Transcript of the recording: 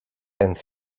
and